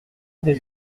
des